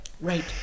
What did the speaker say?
Right